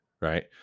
right